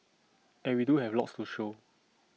and we do have lots to show